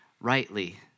Rightly